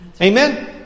amen